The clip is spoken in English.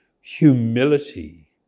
humility